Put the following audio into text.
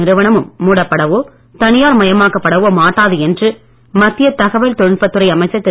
நிறுவனமும் மூடப்படவோ தனியார் மயமாக்கப்படவோ மாட்டாது என்று மத்திய தகவல் தொழில்நுட்பத் துறை அமைச்சர் திரு